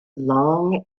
long